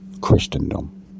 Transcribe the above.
Christendom